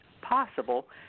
possible